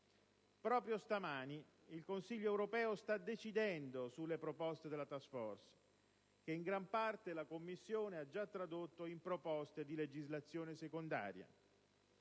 Proprio stamani il Consiglio europeo sta decidendo sulle proposte della *task force*, che in gran parte la Commissione ha già tradotto in proposte di legislazione secondaria.